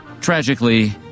Tragically